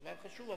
זה דבר חשוב.